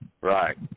Right